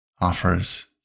offers